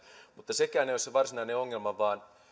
mutta sekään ei ole se varsinainen ongelma vaan se että